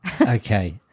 Okay